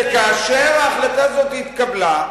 שכאשר ההחלטה הזאת התקבלה,